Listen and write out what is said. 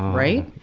right?